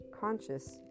conscious